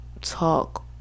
talk